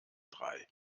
drei